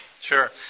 Sure